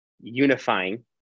unifying